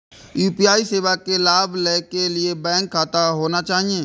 UPI सेवा के लाभ लै के लिए बैंक खाता होना चाहि?